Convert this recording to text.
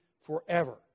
forever